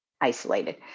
isolated